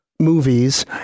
movies